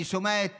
אני שומע את